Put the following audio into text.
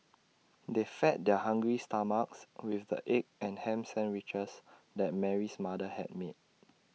they fed their hungry stomachs with the egg and Ham Sandwiches that Mary's mother had made